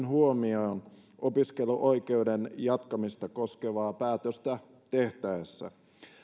huomioon opiskeluoikeuden jatkamista koskevaa päätöstä tehtäessä